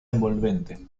envolvente